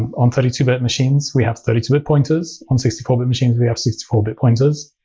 on thirty two bit machines, we have thirty two bit pointers. on sixty four bit machines, we have sixty four bit pointers.